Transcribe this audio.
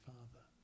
Father